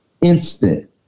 instant